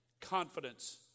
confidence